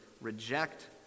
reject